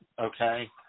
okay